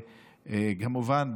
וכמובן,